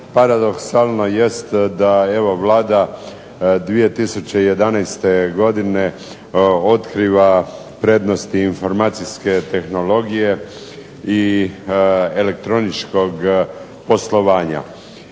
Paradoksalno jest da evo Vlada 2011. godine otkriva prednosti informacijske tehnologije i elektroničkog poslovanja.